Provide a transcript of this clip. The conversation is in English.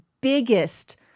biggest